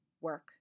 work